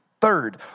Third